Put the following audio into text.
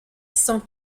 sont